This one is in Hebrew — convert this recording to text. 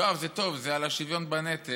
יואב, זה טוב, זה על השוויון בנטל,